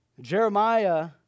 Jeremiah